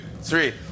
three